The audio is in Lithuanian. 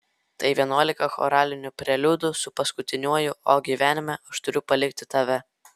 tai vienuolika choralinių preliudų su paskutiniuoju o gyvenime aš turiu palikti tave